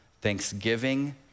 Thanksgiving